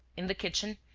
in the kitchen,